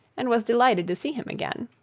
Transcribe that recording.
and was delighted to see him again.